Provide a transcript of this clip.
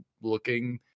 looking